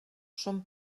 són